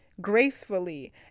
gracefully